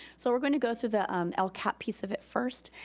so we're gonna go through the um lcap piece of it first,